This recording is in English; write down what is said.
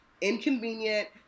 inconvenient